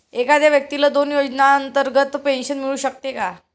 एखाद्या व्यक्तीला दोन योजनांतर्गत पेन्शन मिळू शकते का?